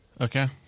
Okay